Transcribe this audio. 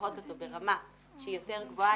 לזהות אותו ברמה שהיא יותר גבוהה,